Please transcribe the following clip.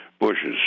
bushes